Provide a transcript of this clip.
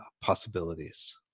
possibilities